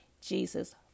Jesus